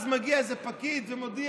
אז מגיע איזה פקיד ומודיע: